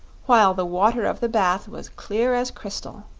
while the water of the bath was clear as crystal.